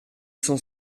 cent